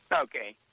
okay